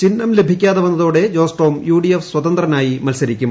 ചിഹ്നം ലഭിക്കാതെ വന്നതോടെ Jose Tom U D F സ്വതന്ത്രനായി മത്സരിക്കും